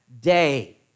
day